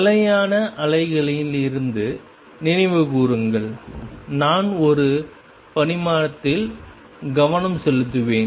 நிலையான அலைகளிலிருந்து நினைவு கூருங்கள் நான் ஒரு பரிமாணத்தில் கவனம் செலுத்துகிறேன்